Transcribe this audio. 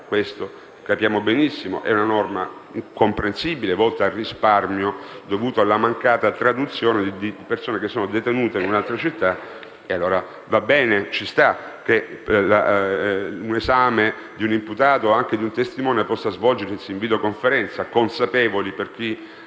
reati. Capiamo benissimo: è una norma comprensibile, volta al risparmio dovuto alla mancata traduzione di persone detenute in un'altra città. In tal caso va bene che l'esame di un imputato o anche di un testimone possa svolgersi in videoconferenza, consapevoli, per chi